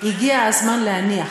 הגיע הזמן להניח,